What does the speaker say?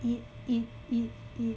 eat eat eat eat